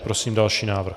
Prosím další návrh.